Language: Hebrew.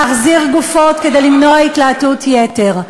להחזיר גופות כדי למנוע התלהטות יתר.